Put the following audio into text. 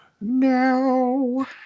No